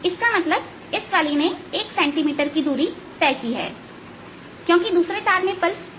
इसका मतलब इसने 1 cm की दूरी तय की है क्योंकि दूसरे तार में पल्स धीरे संचारित होती है